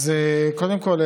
קודם כול,